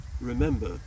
remember